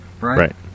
right